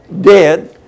dead